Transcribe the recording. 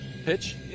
pitch